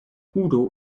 udo